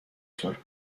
طور